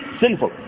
sinful